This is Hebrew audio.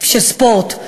של ספורט.